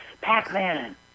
Pac-Man